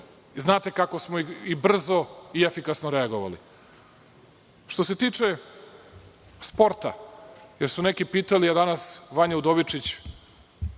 znate kako smo i brzo i efikasno reagovali. Što se tiče sporta, jer su neki pitali, a danas Vanja Udovičić